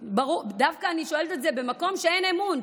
אני שואלת את זה דווקא במקום שאין בו אמון,